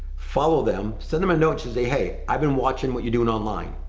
follow them, send them a note to say, hey, i've been watching what you're doing online.